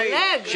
דלג.